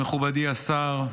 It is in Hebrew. מכובדי השר,